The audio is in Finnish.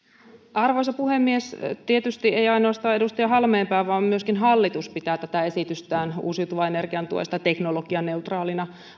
arvoisa puhemies tietysti ei ainoastaan edustaja halmeenpää vaan myöskin hallitus pitää tätä esitystään uusiutuvan energian tuesta teknologianeutraalina